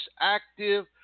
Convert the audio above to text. active